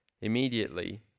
immediately